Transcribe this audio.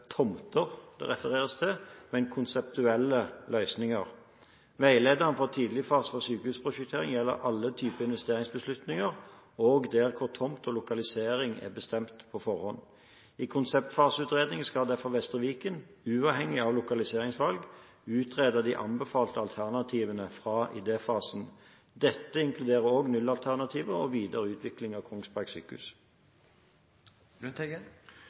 tomter det refereres til, men konseptuelle løsninger. Veilederen for tidligfase for sykehusprosjekter gjelder alle typer investeringsbeslutninger, også der hvor tomt og lokalisering er bestemt på forhånd. I konseptfaseutredningen skal derfor Vestre Viken, uavhengig av lokaliseringsvalg, utrede de anbefalte alternativene fra idéfasen. Dette inkluderer også nullalternativet og videre utvikling ved Kongsberg sykehus.